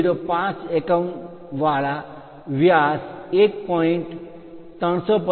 005 એકમ વાળા વ્યાસ 1